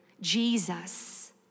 Jesus